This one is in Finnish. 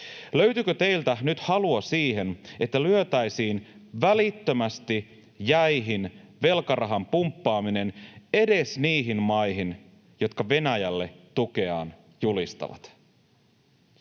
Löytyykö teiltä nyt halua siihen, että lyötäisiin välittömästi jäihin velkarahan pumppaaminen edes niihin maihin, jotka Venäjälle tukeaan julistavat?”